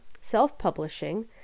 self-publishing